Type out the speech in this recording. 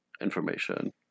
information